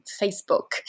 Facebook